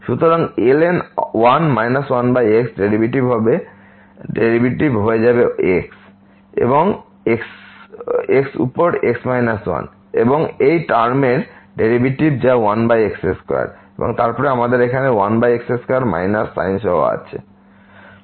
সুতরাং এখানে ln 1 1x derivative হয়ে যাবে x উপর x 1 এর এবং এই টার্মের ডেরিভেটিভ যা 1x2 এবং তারপরে আমাদের এখানে 1x2 মাইনাস সাইন সহ আছে